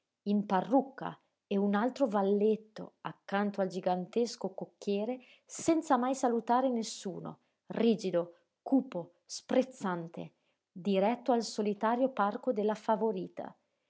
in parrucca e un altro valletto accanto al gigantesco cocchiere senza mai salutare nessuno rigido cupo sprezzante diretto al solitario parco della favorita